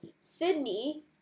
Sydney